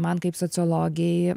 man kaip sociologei